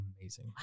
amazing